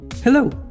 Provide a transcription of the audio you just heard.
Hello